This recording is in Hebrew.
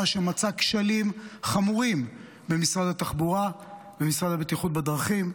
שמצא כשלים חמורים במשרד התחבורה ובמשרד לבטיחות בדרכים,